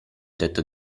tetto